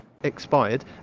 expired